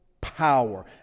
power